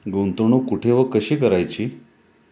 गुंतवणूक कुठे व कशी करायची?